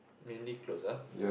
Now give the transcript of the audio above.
mainly clothes ah